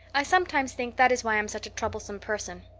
i sometimes think that is why i'm such a troublesome person.